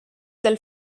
del